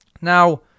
Now